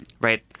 Right